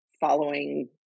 following